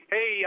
Hey